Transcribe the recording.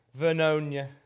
Vernonia